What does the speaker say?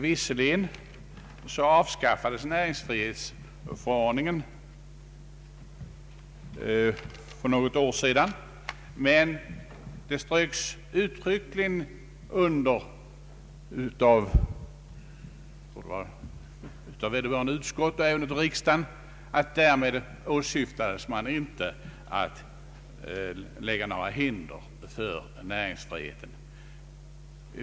Visserligen avskaffades näringsfrihetsförordningen för något år sedan, men både vederbörande utskott och riksdagen strök i samband därmed uttryckligen under att man inte åsyftade att lägga hinder i vägen för eller inskränka näringsfriheten.